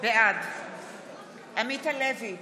בעד עמית הלוי,